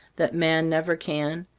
that man never can,